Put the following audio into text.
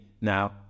now